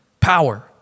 power